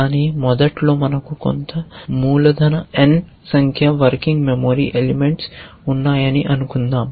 కానీ మొదట్లో మనకు కొంత మూలధన N సంఖ్య వర్కింగ్ మెమరీ ఎలిమెంట్స్ ఉన్నాయని అనుకుందాం